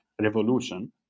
revolution